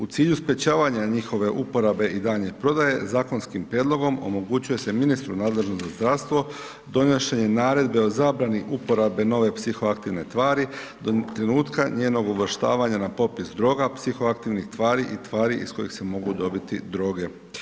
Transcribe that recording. U cilju sprječavanja njihove uporabe i daljnje prodaje, zakonskim prijedlogom, omogućuje se ministru nadležnom za zdravstvo, donošenje naredbe o zabrani uporabe nove psihoaktivne tvari, do trenutka njenog uvrštavanja na popis droga, psihoaktivnih tvari i tvari iz kojih se mogu dobiti droge.